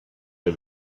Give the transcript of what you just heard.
der